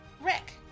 Rick